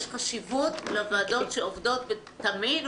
יש חשיבות לוועדות עובדות תמיד,